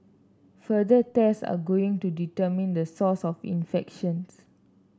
further test are ongoing to determine the source of infections